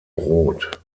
rot